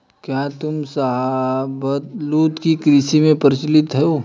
क्या तुम शाहबलूत की कृषि से परिचित हो?